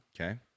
Okay